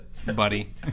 buddy